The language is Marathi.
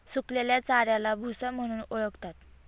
सुकलेल्या चाऱ्याला भुसा म्हणून ओळखतात